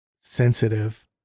sensitive